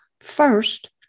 first